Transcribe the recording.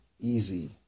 easy